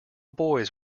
boys